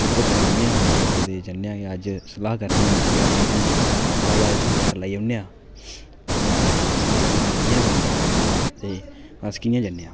trip बनान्ने आं जां कुदै जन्नै आं जां अज्ज सलाह् करने आं के अज्ज असें पैह्ले इत्थुआं चक्कर लाई औनें आं तां साढ़ा प्लैन कि'यां बनदा ते अस कि'यां जन्ने आं